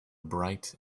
bright